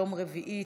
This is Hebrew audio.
יום רביעי,